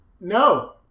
No